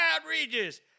Outrageous